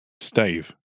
Stave